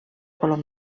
color